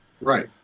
Right